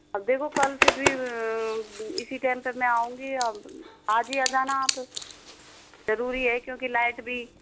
अब देखो कल फिर इसी टाइम तक मैं आउंगी आज ही आ जाना आप ज़रूरी है क्योंकि लाइट भी